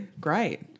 Great